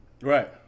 Right